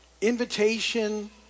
invitation